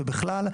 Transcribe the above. ובכלל,